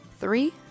three